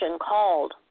called